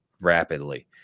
rapidly